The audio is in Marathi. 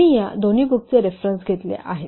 आम्ही या दोन्ही बुकचे रेफरन्स घेतले आहेत